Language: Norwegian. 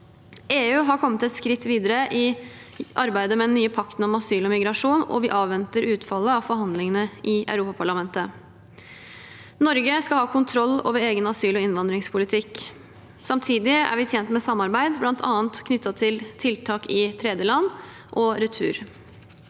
EU har kommet et skritt videre i arbeidet med den nye pakten om asyl og migrasjon, og vi avventer utfallet av forhandlingene i Europaparlamentet. Norge skal ha kontroll over egen asyl- og innvandringspolitikk. Samtidig er vi tjent med samarbeid bl.a. knyttet til tiltak i tredjeland og retur.